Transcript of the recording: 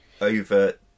over